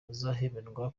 azahemberwa